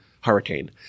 hurricane